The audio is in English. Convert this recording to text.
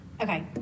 Okay